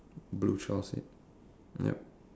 blue child seat yup